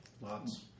Lots